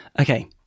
Okay